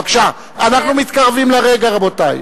בבקשה, אנחנו מתקרבים לרגע, רבותי.